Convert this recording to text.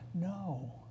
no